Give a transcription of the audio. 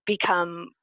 become